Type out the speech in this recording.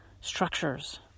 structures